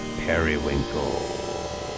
periwinkle